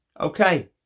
Okay